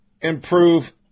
improve